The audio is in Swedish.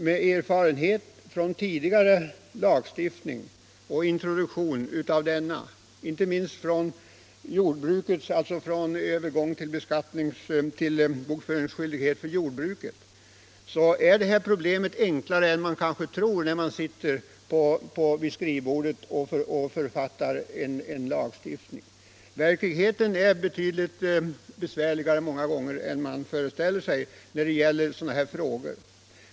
Med erfarenhet från tidigare lagstiftning och dess introduktion — inte minst vid övergång till bokföringsskyldighet för jordbruket — tycks kanske det här problemet, när man sitter vid skrivbordet och författar lagtext, enklare än det är. Verkligheten är många gånger betydligt besvärligare än man föreställer sig när det gäller sådana här frågor.